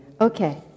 Okay